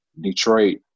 Detroit